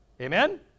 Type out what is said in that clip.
amen